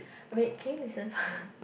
wait can you listen first